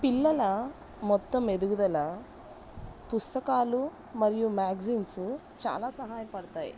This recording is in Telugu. పిల్లల మొత్తం ఎదుగుదల పుస్తకాలు మరియు మ్యాగ్జిన్స్ చాలా సహాయపడతాయి